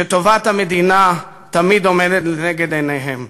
שטובת המדינה תמיד עומדת לנגד עיניהם.